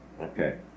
Okay